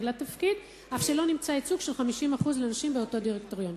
לתפקיד אף שלא נמצא ייצוג של 50% לנשים באותו דירקטוריון".